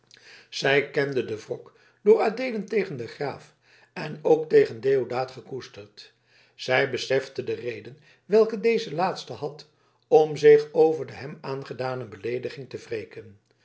zij kende den wrok door adeelen tegen den graaf en ook tegen deodaat gekoesterd zij besefte de redenen welke deze laatste had om zich over de hem aangedane beleediging te wreken